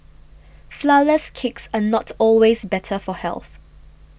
Flourless Cakes are not always better for health